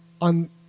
on